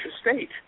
state